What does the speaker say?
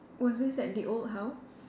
was this at the old house